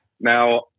Now